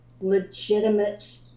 legitimate